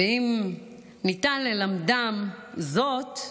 ואם ניתן ללמדם זאת,